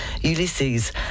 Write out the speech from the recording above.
Ulysses